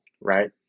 right